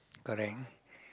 correct